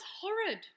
horrid